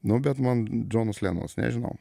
nu bet man džonas lenonas nežinau